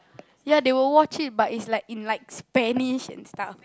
ya they will watch it but it's like in like Spanish and stuff